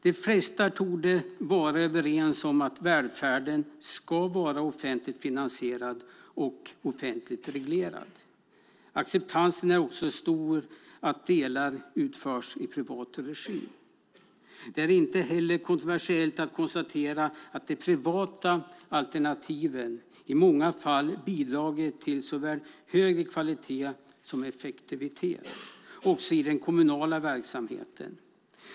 De flesta torde vara överens om att välfärden ska vara offentligt finansierad och offentligt reglerad. Acceptansen för att delar utförs i privat regi är också stor. Det är inte heller kontroversiellt att konstatera att de privata alternativen i många fall bidragit till såväl högre kvalitet som högre effektivitet också i den kommunala verksamheten.